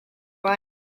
right